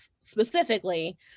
specifically—